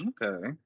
Okay